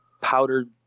powdered